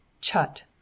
Chut